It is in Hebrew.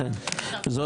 אני חושב שהפרקטיקה הזאת